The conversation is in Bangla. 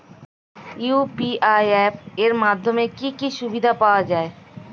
ইউ.পি.আই অ্যাপ এর মাধ্যমে কি কি সুবিধা পাওয়া যায়?